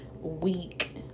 week